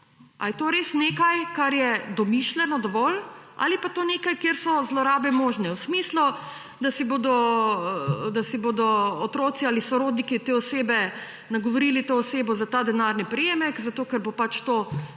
A je to res nekaj, kar je domišljeno dovolj, ali je pa to nekaj, kjer so zlorabe možne; v smislu, da bodo otroci ali sorodniki te osebe nagovorili to osebo za ta denarni prejemek, zato ker bo pač to